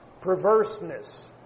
perverseness